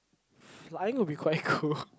flying will be quite cool